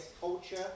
culture